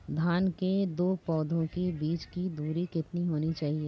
धान के दो पौधों के बीच की दूरी कितनी होनी चाहिए?